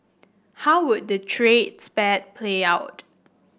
how would the trade spat play out